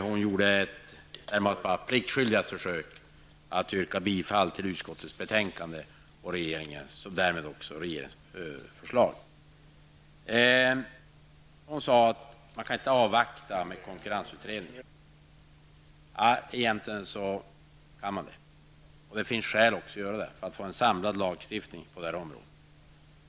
Hon gjorde ett närmast pliktskyldigt försök att yrka bifall till utskottets betänkande och därmed även till regeringens förslag. Hon sade att man inte kan avvakta med konkurrensutredningen. Egentligen kan man det. Det finns även skäl att göra det för att få en samlad lagstiftning på det här området.